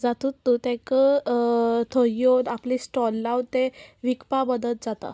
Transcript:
जातून न्हू तांकां थंय येवन आपले स्टॉल लावन ते विकपा मदत जाता